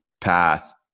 path